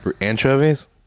Anchovies